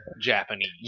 Japanese